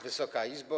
Wysoka Izbo!